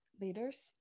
leaders